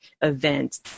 event